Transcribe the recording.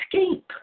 escape